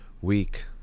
week